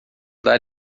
dar